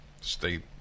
State